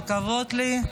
לכבוד לי.